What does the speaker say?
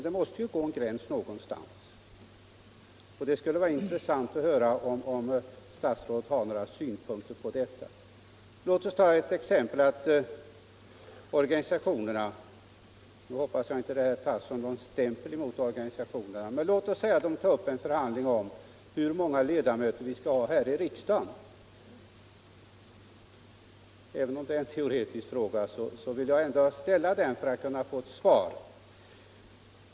det måste ju gå en gräns någonstans. Det skulle vara intressant att höra om statsrådet har några synpunkter på detta. Låt mig ta som exempel att organisationerna tar upp en förhandling om hur många ledamöter det skall vara i riksdagen. — Nu hoppas jag att inte det här tas som någon stämpling mot organisationerna, men de har f. ö. full rättighet att ta upp förhandlingar. Och även om detta alltså uteslutande är en teoretisk fråga vill jag ändå ställa den för att kunna få ett svar.